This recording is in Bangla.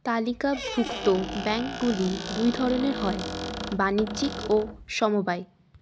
তালিকাভুক্ত ব্যাংকগুলি দুই ধরনের হয় বাণিজ্যিক ও সমবায়